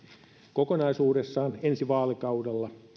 kokonaisuudessaan ensi vaalikaudella